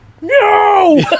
No